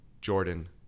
Jordan